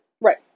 Right